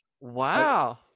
wow